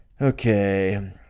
Okay